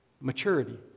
maturity